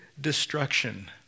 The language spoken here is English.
destruction